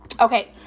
Okay